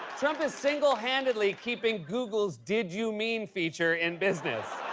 trump is single handedly keeping google's did you mean feature in business.